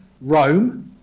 Rome